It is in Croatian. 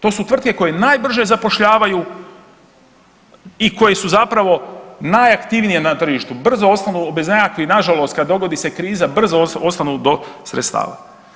To su tvrtke koje najbrže zapošljavaju i koje su zapravo najaktivnije na tržište, brzo ostanu bez nekakvih, nažalost kad dogodi se kriza brzo ostanu bez sredstava.